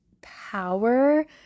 power